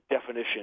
definition